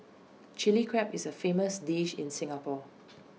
Chilli Crab is A famous dish in Singapore